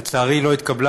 לצערי היא לא התקבלה,